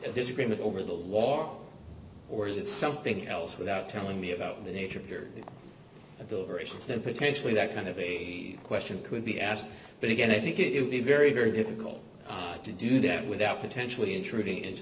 a disagreement over the law or is it something else without telling me about the nature of the issues then potentially that kind of a question could be asked but again i think it would be very very difficult to do that without potentially intruding into